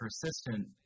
persistent